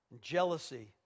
jealousy